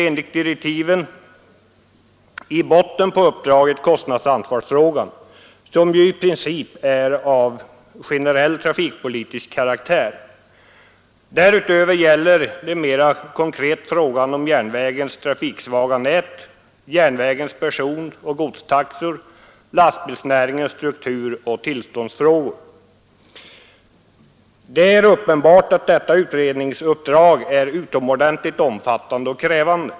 Enligt direktiven ligger i botten på uppdraget kostnadsansvarsfrågan, som i princip är av generell trafikpolitisk karaktär. Därutöver innefattar utredningens uppdrag mer konkret frågan om järnvägens trafiksvaga nät, järnvägens personoch godstaxor, lastbilsnäringens struktur och tillståndsfrågor. Det är uppenbart att detta utredningsuppdrag är utomordentligt omfattande och krävande.